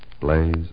Blaze